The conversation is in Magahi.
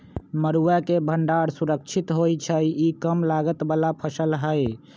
मरुआ के भण्डार सुरक्षित होइ छइ इ कम लागत बला फ़सल हइ